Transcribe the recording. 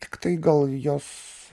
tiktai gal jos